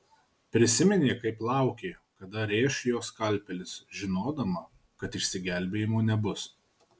prisiminė kaip laukė kada rėš jo skalpelis žinodama kad išsigelbėjimo nebus